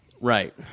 Right